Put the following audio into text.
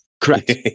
Correct